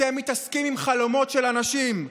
אתם מתעסקים עם חלומות של אנשים.